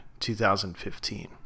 2015